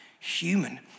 Human